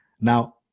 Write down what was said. Now